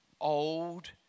old